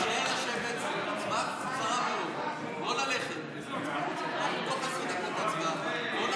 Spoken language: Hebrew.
הצעת ועדת הכנסת לבחור את חברי הכנסת אמילי חיה מואטי,